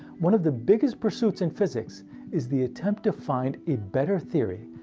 one of the biggest pursuits in physics is the attempt to find a better theory,